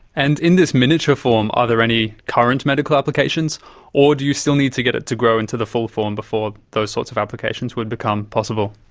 and in this miniature form, are there any current medical applications or do you still need to get it to grow into the full form before those sorts of applications would become possible?